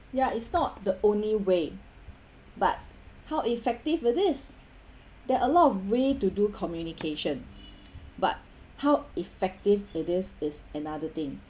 ya it's not the only way but how effective were these there are a lot of way to do communication but how effective it is is another thing